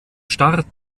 start